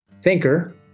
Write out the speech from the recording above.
thinker